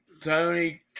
Tony